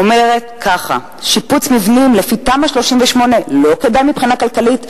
אומר כך: "שיפוץ מבנים לפי תמ"א 38 לא כדאי מבחינה כלכלית,